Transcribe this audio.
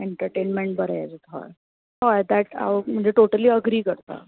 entertainment बरें यें हय हय हांव टोटली अग्री करता